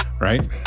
right